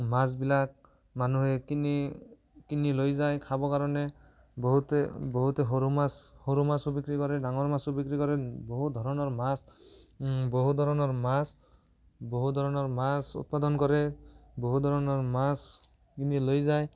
মাছবিলাক মানুহে কিনি কিনি লৈ যায় খাবৰ কাৰণে বহুতে বহুতে সৰু মাছ সৰু মাছো বিক্ৰী কৰে ডাঙৰ মাছো বিক্ৰী কৰে বহু ধৰণৰ মাছ বহু ধৰণৰ মাছ বহু ধৰণৰ মাছ উৎপাদন কৰে বহু ধৰণৰ মাছ কিনি লৈ যায়